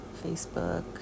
Facebook